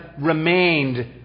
remained